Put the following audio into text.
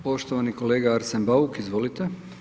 poštovani kolega Arsen Bauk, izvolite.